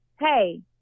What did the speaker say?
hey